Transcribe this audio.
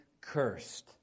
cursed